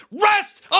rest